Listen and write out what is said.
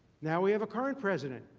now we have a current president,